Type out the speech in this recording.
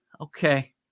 okay